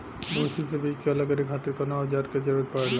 भूसी से बीज के अलग करे खातिर कउना औजार क जरूरत पड़ेला?